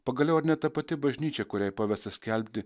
pagaliau ar ne ta pati bažnyčia kuriai pavesta skelbti